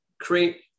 create